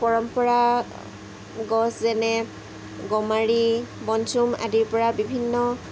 পৰম্পৰা গছ যেনে গমাৰি বনচুম আদিৰ পৰা বিভিন্ন